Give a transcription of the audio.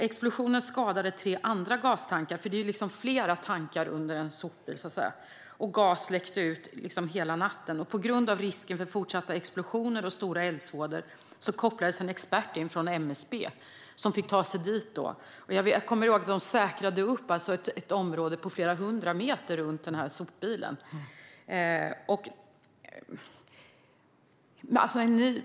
Explosionen skadade tre andra gastankar och gas läckte ut hela natten. På grund av risken för fortsatta explosioner och stor eldsvåda kopplades en expert från MSB in. Jag kommer ihåg att de säkrade ett område på flera hundra meter runt sopbilen.